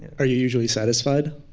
are you usually satisfied